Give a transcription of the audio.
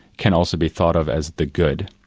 can also be thought of as the good,